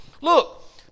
look